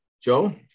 Joe